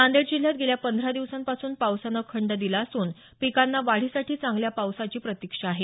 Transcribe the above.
नांदेड जिल्ह्यात गेल्या पंधरा दिवसापासून पावसानं खंड दिला असून पिकांना वाढीसाठी चांगल्या पावसाची प्रतिक्षा आहे